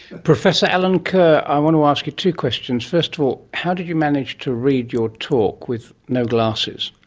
professor allen kerr, i want to ask you two questions first of all how did you manage to read your talk with no glasses?